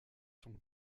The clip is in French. sont